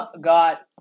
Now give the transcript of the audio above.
got